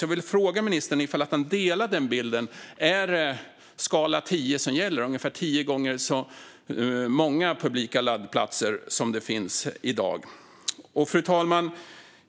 Jag vill fråga ministern om han delar den bilden: Är det skala 10 som gäller, alltså att det behövs ungefär tio gånger så många publika laddplatser som i dag? Fru talman!